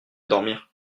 dormir